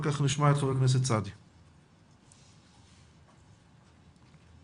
נשמע את ח"כ סעדי ולאחר מכן גליה וולך מקרן ילדי